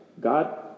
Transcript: God